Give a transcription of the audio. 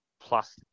plus